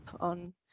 on